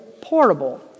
portable